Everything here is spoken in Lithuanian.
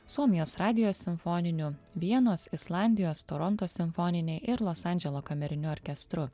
suomijos radijo simfoniniu vienos islandijos toronto simfoniniai ir los andželo kameriniu orkestru